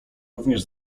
również